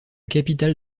capital